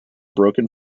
broken